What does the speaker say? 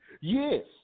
Yes